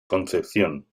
concepción